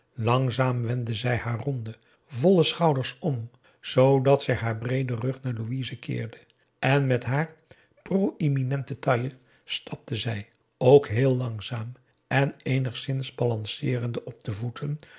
langzaam wendde zij haar ronde volle schouders om zoodat zij haar breeden rug naar louise keerde en met haar proëminente taille stapte zij ook heel langzaam en eenigszins balanceerende op de voeten